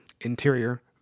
Interior